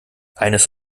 eines